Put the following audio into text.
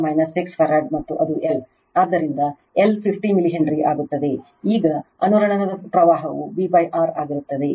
ಆದ್ದರಿಂದ L 50 millihenry ಆಗುತ್ತದೆ